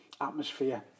atmosphere